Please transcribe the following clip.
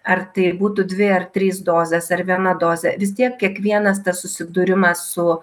ar tai būtų dvi ar trys dozės ar viena dozė vis tiek kiekvienas tas susidūrimas su